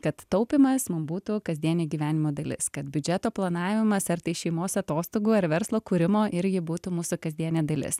kad taupymas mum būtų kasdienė gyvenimo dalis kad biudžeto planavimas ar tai šeimos atostogų ar verslo kūrimo irgi būtų mūsų kasdienė dalis